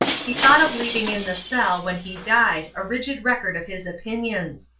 he thought of leaving in the cell when he died a rigid record of his opinions,